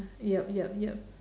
yup yup yup